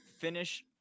finish